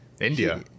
india